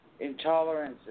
intolerances